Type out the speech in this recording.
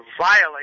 violate